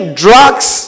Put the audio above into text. drugs